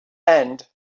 end